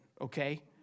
okay